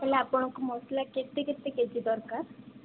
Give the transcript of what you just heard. ହେଲେ ଆପଣକୁ ମସଲା କେତେ କେତେ କେ ଜି ଦରକାର